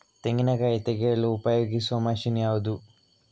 ತೆಂಗಿನಕಾಯಿ ತೆಗೆಯಲು ಉಪಯೋಗಿಸುವ ಮಷೀನ್ ಯಾವುದು?